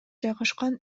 жайгашкан